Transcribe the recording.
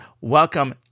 welcome